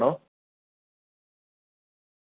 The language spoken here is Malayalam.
ആ ഇട്ടിട്ടില്ലായിരുന്നു അല്ലേ ആ ശരിയാണ് ശരിയാണ് ഓക്കെ ഓക്കെ